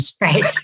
Right